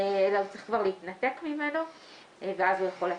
אלא הוא צריך כבר להתנתק ממנו ואז הוא יכול לצאת)